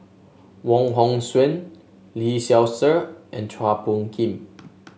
Wong Hong Suen Lee Seow Ser and Chua Phung Kim